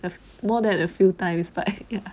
more than a few times but ya